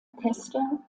orchester